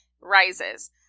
rises